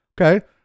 Okay